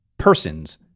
Persons